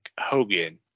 Hogan